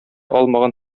алмаган